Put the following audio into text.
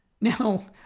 Now